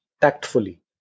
tactfully